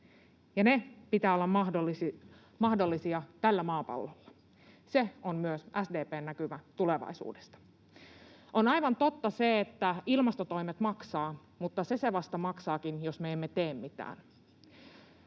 pitää olla mahdollisia tällä maapallolla — se on myös SDP:n näkymä tulevaisuudesta. On aivan totta se, että ilmastotoimet maksavat, mutta se se vasta maksaakin, jos me emme tee mitään.